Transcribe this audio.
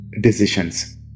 decisions